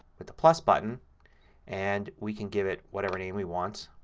but the plus button and we can give it whatever name we want.